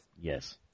Yes